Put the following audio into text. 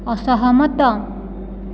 ଅସହମତ